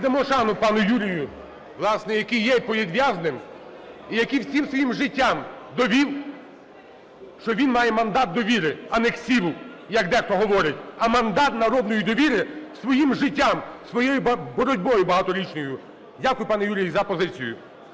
Дякую, пане Юрію, за позицію.